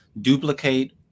duplicate